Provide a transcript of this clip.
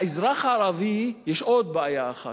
לאזרח הערבי יש עוד בעיה אחת,